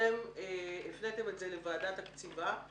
אתם הפניתם את זה לוועדת הקציבה,